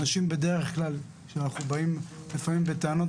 אנשים בדרך כלל כשאנחנו באים לפעמים בטענות,